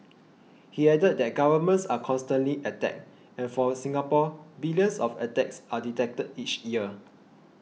he added that governments are constantly attacked and for Singapore billions of attacks are detected each year